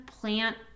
plant